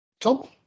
Tom